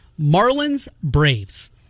Marlins-Braves